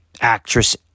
actress